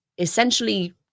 essentially